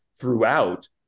throughout